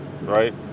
right